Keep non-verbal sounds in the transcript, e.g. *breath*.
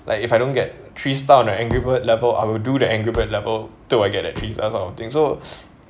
like if I don't get three star on an angry bird level I will do the angry bird level till I get that three stars sort of thing so *breath*